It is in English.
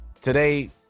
today